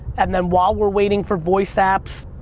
and then, while we're waiting for voice apps